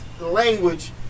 Language